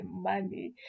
money